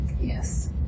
Yes